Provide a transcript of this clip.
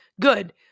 good